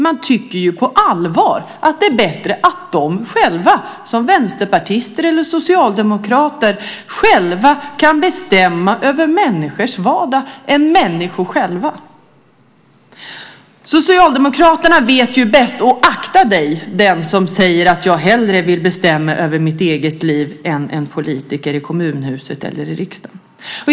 De tycker ju på allvar att det är bättre att de själva som vänsterpartister eller socialdemokrater kan bestämma över människors vardag än att människor kan få göra det själva. Socialdemokraterna vet ju bäst, och akta den som säger att han eller hon hellre vill bestämma över sitt eget liv än att en politiker i kommunhuset eller i riksdagen gör det.